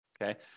okay